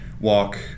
walk